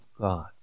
God